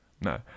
No